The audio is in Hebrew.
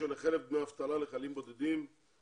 09:05.